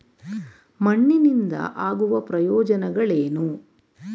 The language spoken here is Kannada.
ಮಣ್ಣಿನಿಂದ ಆಗುವ ಪ್ರಯೋಜನಗಳೇನು?